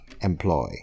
employ